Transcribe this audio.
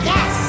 Yes